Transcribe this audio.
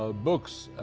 ah books.